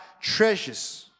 treasures